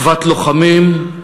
אחוות לוחמים,